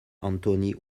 anthony